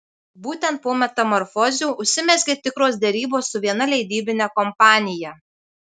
būtent po metamorfozių užsimezgė tikros derybos su viena leidybine kompanija